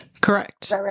Correct